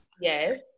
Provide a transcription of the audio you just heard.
yes